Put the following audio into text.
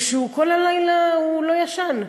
ושכל הלילה הוא לא ישן.